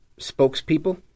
spokespeople